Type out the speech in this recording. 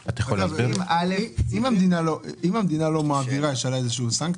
אם המדינה לא מעבירה, יש עליה איזו שהיא סנקציה?